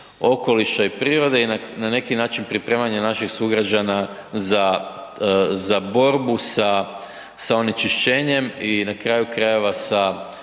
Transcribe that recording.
okoliša i prirode i na neki način pripremanja naših sugrađana za, za borbu sa, sa onečišćenjem i na kraju krajeva sa